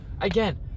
again